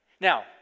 Now